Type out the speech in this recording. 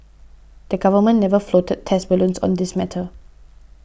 the Government never floated test balloons on this matter